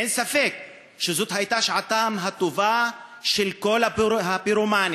אין ספק שזו הייתה שעתם הטובה של כל הפירומנים,